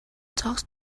talks